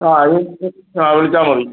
ആ അത് കഴിഞ്ഞിട്ട് ആ വിളിച്ചാൽ മതി